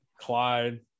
Clyde